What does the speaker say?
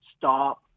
stop